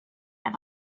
have